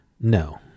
no